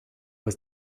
was